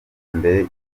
mbere